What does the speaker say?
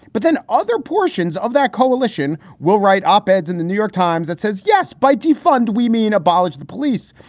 but then other portions of that coalition will write op ed in the new york times that says, yes, by defund, we mean abolish the police.